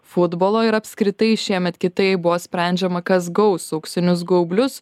futbolo ir apskritai šiemet kitaip buvo sprendžiama kas gaus auksinius gaublius